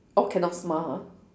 orh cannot smile ah